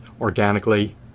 organically